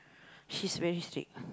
she's very strict